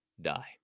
die